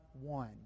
one